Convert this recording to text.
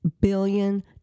billion